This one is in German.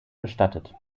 bestattet